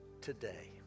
today